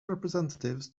representatives